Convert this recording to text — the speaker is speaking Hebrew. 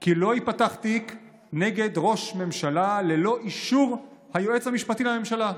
כי לא ייפתח תיק נגד ראש ממשלה ללא אישור היועץ המשפטי לממשלה,